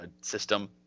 system